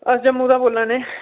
अस जम्मू दा बोल्लै ने